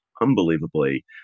unbelievably